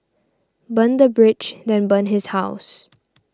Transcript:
burn the bridge then burn his house